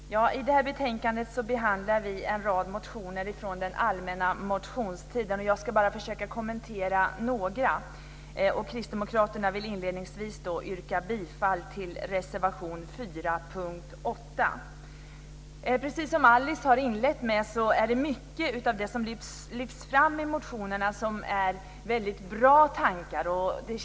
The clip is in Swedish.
Herr talman! I det här betänkandet behandlas en rad motioner från den allmänna motionstiden. Jag ska bara kommentera några. Inledningsvis vill kristdemokraterna yrka bifall till reservation 4 under punkt 8. Precis som Alice Åström inledde med är det mycket av det som lyfts fram i motionerna väldigt bra tankar.